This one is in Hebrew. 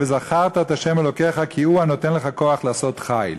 וזכרת את ה' אלוקיך כי הוא הנתן לך כח לעשות חיל".